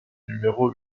numéro